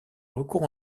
recours